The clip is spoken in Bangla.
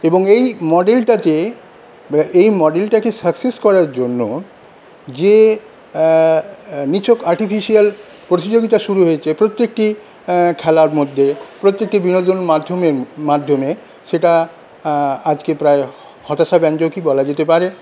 এবং এই মডেলটা যে এই মডেলটাকে সাকসেস করার জন্য যে নিছক আর্টিফিশিয়াল প্রতিযোগিতা শুরু হয়েছে প্রত্যেকটি খেলার মধ্যে প্রত্যেকটি বিনোদন মাধ্যমে মাধ্যমে সেটা আজকে প্রায় হতাশাব্যঞ্জকই বলা যেতে পারে